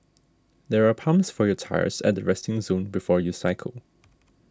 there are pumps for your tyres at the resting zone before you cycle